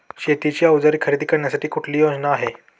शेतीची अवजारे खरेदी करण्यासाठी कुठली योजना आहे?